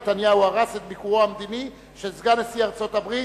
נתניהו הרס את ביקורו המדיני של סגן נשיא ארצות-הברית,